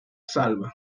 salva